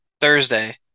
Thursday